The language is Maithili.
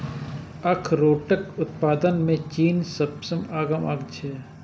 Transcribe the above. अखरोटक उत्पादन मे चीन सबसं आगां छै